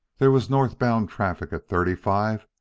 there was northbound travel at thirty-five,